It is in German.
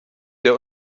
der